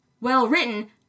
well-written